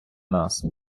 нас